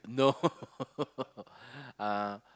no uh